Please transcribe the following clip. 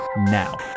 now